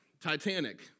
titanic